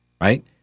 right